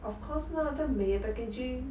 of course lah 这样美的 packaging